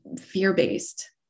fear-based